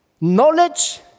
knowledge